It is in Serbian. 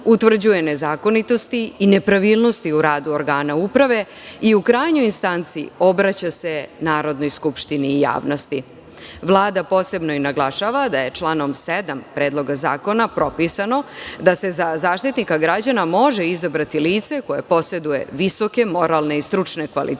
utvrđuje nezakonitosti i nepravilnosti u radu organa uprave i u krajnjoj instanci obraća se Narodnoj skupštini i javnosti. Vlada posebno i naglašava da je članom 7. Predloga zakona propisano da se za Zaštitnika građana može izabrati lice koje poseduje visoke moralne i stručne kvalitete,